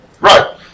Right